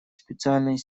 специальной